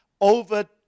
over